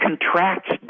contracts